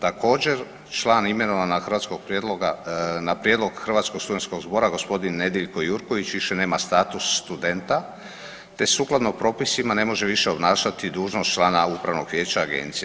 Također, član imenovan na hrvatskog prijedloga, na prijedlog Hrvatskog studentskog zbora gosp. Nedjeljko Jurković više nema status studenta te sukladno propisima ne može više obnašati dužnost člana upravnog vijeća agencije.